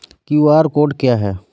QR code क्या है?